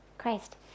Christ